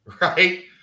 Right